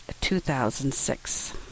2006